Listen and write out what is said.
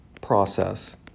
process